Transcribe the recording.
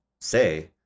say